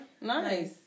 nice